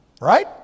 Right